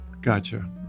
Gotcha